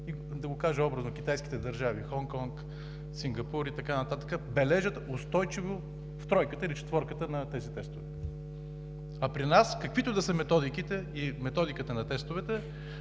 да го кажа образно, китайските държави Хонг Конг, Сингапур и така нататък, бележат устойчиво тройката или четворката на тези тестове. А при нас каквито и да са методиките и методиката на тестовете,